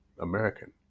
American